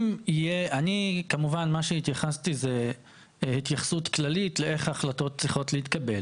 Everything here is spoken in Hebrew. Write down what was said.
אני כמובן מה שהתייחסתי היא התייחסות כללית לאיך החלטות צריכות להתקבל.